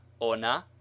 ona